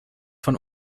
von